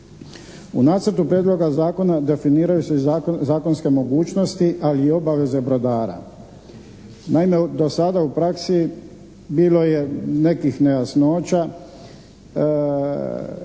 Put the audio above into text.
U nacrtu prijedloga zakona definiraju se i zakonske mogućnosti, ali i obaveze brodara. Naime do sada u praksi bilo je nekih nejasnoća